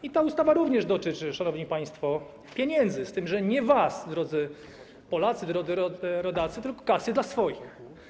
I ta ustawa również dotyczy, szanowni państwo, pieniędzy, z tym że nie dla was, drodzy Polacy, drodzy rodacy, tylko kasy dla swoich.